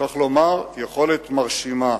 צריך לומר יכולת מרשימה.